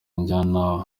njyana